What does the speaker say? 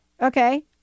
Okay